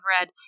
read